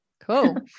Cool